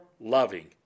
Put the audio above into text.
Loving